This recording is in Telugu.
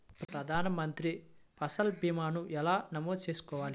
ప్రధాన మంత్రి పసల్ భీమాను ఎలా నమోదు చేసుకోవాలి?